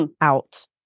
out